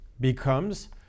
becomes